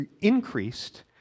increased